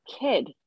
kid